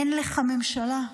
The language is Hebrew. אין לך הממשלה.